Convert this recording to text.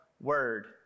word